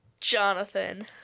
jonathan